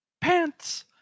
pants